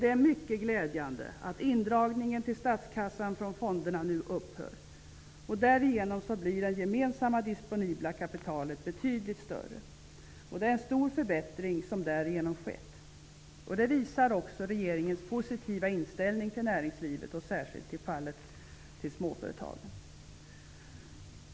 Det är mycket glädjande att indragningen till statskassan från fonderna nu upphör. Därigenom blir det gemensamma disponibla kapitalet betydligt större. Det är en stor förbättring som därigenom skett. Detta visar också regeringens positiva inställning till näringslivet och i det här fallet särskilt till småföretagen.